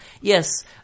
Yes